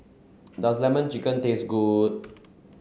does lemon chicken taste good